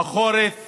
החורף